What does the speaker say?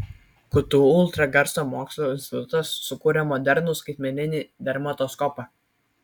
ktu ultragarso mokslo institutas sukūrė modernų skaitmeninį dermatoskopą